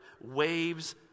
waves